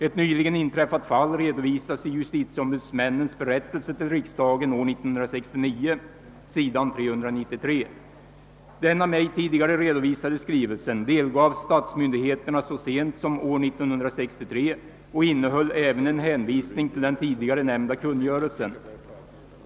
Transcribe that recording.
Ett nyligen inträffat fall redovisas i justitieombudsmännens ämbetsberättelse till riksdagen år 1969 . Den 'av mig tidigare redovisade skrivelsen delgavs statsmyndigheterna så sent som år 1963 och innehöll även en hänvisning till den tidigare nämnda kungörelsen.